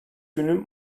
günü